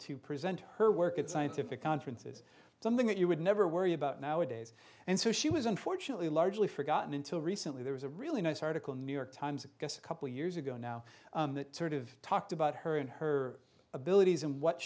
to present her work at scientific conferences something that you would never worry about nowadays and so she was unfortunately largely forgotten until recently there was a really nice article new york times a couple years ago now that turned of talked about her and her abilities in what